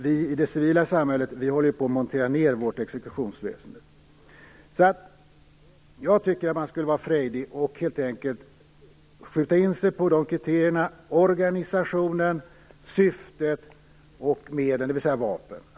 Vi i det civila samhället håller ju på och monterar ned vårt exekutionsväsende. Jag tycker att man skulle vara frejdig och helt enkelt skjuta in sig på kriterierna organisationen, syftet och medlen, dvs. vapen.